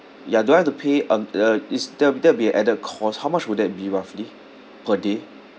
ya do I have to pay um uh is that'll be that'll be a added cost how much would that be roughly per day